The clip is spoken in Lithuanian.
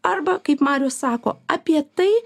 arba kaip marius sako apie tai